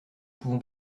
pouvons